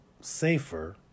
safer